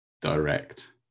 direct